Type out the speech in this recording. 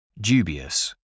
Dubious